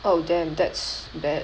oh damn that's bad